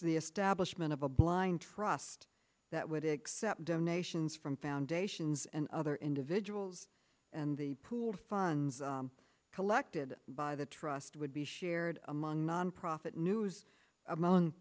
the establishment of a blind trust that would accept donations from foundations and other individuals and the pooled funds collected by the trust would be shared among nonprofit news among